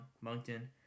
Moncton